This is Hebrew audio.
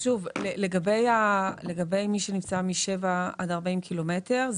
לגבי מי שנמצא מ-7 עד 40 קילומטר,